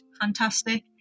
fantastic